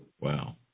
Wow